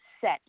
set